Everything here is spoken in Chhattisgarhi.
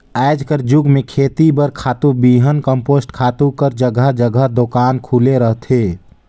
आएज कर जुग में खेती बर खातू, बीहन, कम्पोस्ट खातू कर जगहा जगहा दोकान खुले रहथे